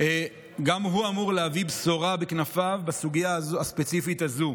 אמור גם הוא להביא בשורה בכנפיו בסוגיה הספציפית הזו.